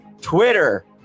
Twitter